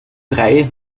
drei